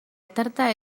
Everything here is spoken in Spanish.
tarta